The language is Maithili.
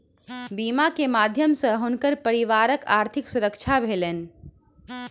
बीमा के माध्यम सॅ हुनकर परिवारक आर्थिक सुरक्षा भेलैन